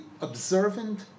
observant